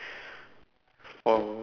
for